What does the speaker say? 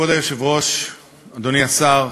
כבוד היושב-ראש, אדוני השר,